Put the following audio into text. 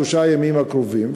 שלושת הימים הקרובים,